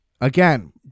again